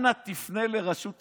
אנא תפנה לרשות החברות.